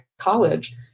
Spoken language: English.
college